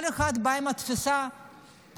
כל אחד בא עם התפיסה שלו,